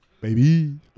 Baby